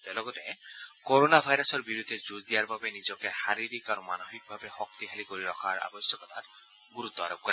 তেওঁ লগতে কৰ'না ভাইৰাছৰ বিৰুদ্ধে যুঁজ দিয়াৰ বাবে নিজকে শাৰীৰিক আৰু মানসিকভাৱে শক্তিশালী কৰি ৰখাৰ আৱশ্যকতাত গুৰুত্ব আৰোপ কৰে